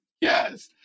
yes